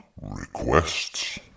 Requests